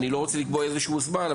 אני לא רוצה לקבוע איזשהו זמן,